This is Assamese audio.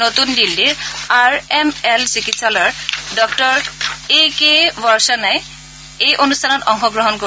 নতুন দিল্লীৰ আৰ এম এল চিকিৎসালয়ৰ ডাঃ এ কে ৱাৰ্ফ্যই এই অনুষ্ঠানত অংশ গ্ৰহণ কৰিব